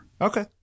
Okay